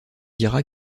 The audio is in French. dira